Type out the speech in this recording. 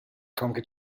conquer